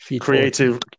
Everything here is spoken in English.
creative